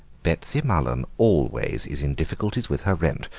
betsy mullen always is in difficulties with her rent,